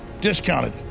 discounted